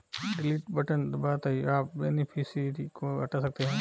delete button दबाते ही आप बेनिफिशियरी को हटा सकते है